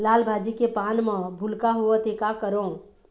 लाल भाजी के पान म भूलका होवथे, का करों?